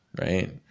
right